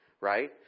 Right